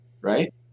right